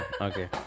okay